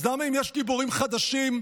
אז אם יש גיבורים חדשים,